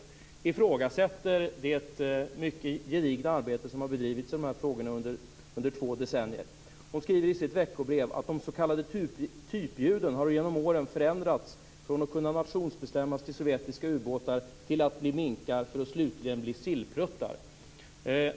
Hon ifrågasätter det mycket gedigna arbete som bedrivits i de här frågorna under två decennier. Hon skriver i sitt veckobrev att de s.k. typljuden genom åren förändrats från att kunna nationsbestämmas till sovjetiska ubåtar till att bli minkar för att slutligen bli sillpluttar.